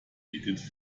edith